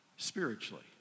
Spiritually